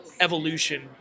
evolution